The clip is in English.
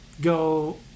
go